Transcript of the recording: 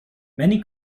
many